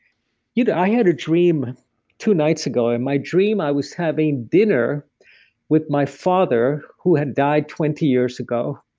you know i had a dream two nights ago. in my dream, i was having dinner with my father who had died twenty years ago,